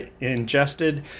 ingested